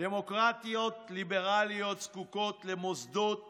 דמוקרטיות ליברליות זקוקות למוסדות